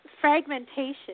fragmentation